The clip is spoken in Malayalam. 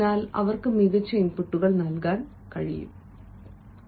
അതിനാൽ അവർക്ക് മികച്ച ഇൻപുട്ടുകൾ നൽകാൻ കഴിയും